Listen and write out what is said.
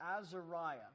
Azariah